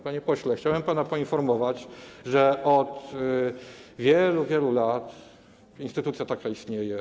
Panie pośle, chciałbym pana poinformować, że od wielu, wielu lat taka instytucja istnieje.